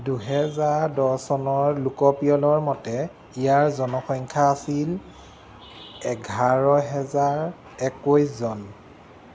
দুহেজাৰ দহ চনৰ লোকপিয়লৰ মতে ইয়াৰ জনসংখ্যা আছিল এঘাৰ হাজাৰ একৈছজন